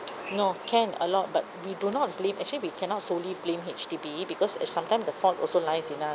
no can a lot but we do not blame actually we cannot solely blame H_D_B because sometime the fault also lies in us